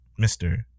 mr